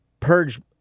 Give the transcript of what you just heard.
Purge